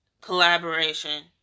collaboration